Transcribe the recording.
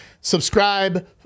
Subscribe